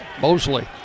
Mosley